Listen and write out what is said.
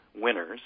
winners